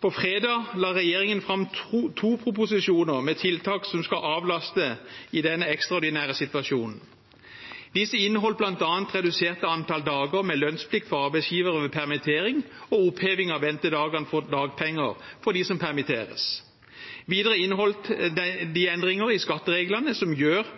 På fredag la regjeringen fram to proposisjoner med tiltak som skal avlaste i denne ekstraordinære situasjonen. Disse inneholdt bl.a. reduserte antall dager med lønnsplikt for arbeidsgivere ved permittering og oppheving av ventedager for dagpenger for dem som permitteres. Videre inneholdt proposisjonene endringer i skattereglene som gjør